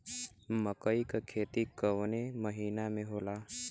मकई क खेती कवने महीना में होला?